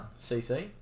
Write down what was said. CC